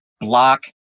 block